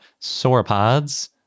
sauropods